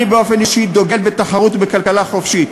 אני באופן אישי דוגל בתחרות ובכלכלה חופשית,